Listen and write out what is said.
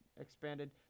expanded